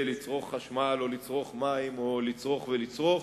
לצרוך חשמל או לצרוך מים או לצרוך ולצרוך,